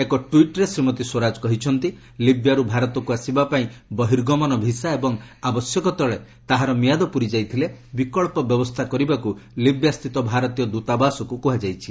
ଏକ ଟ୍ୱିଟ୍ରେ ଶ୍ରୀମତୀ ସ୍ୱରାଜ କହିଛନ୍ତି ଲିବ୍ୟାରୁ ଭାରତକୁ ଆସିବାପାଇଁ ବହିର୍ଗମନ ଭିସା ଏବଂ ଆବଶ୍ୟକସ୍ଥଳେ ତାହାର ମିଆଦ ପ୍ରରି ଯାଇଥିଲେ ବିକ୍ସ ବ୍ୟବସ୍ଥା କରିବାକୁ ଲିବ୍ୟାସ୍ଥିତ ଭାରତୀୟ ଦୂତାବାସକୁ କୁହାଯାଇଛି